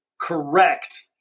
correct